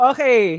Okay